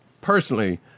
personally